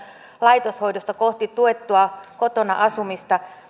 laitoshoidosta kohti tuettua kotona asumista